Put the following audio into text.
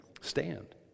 Stand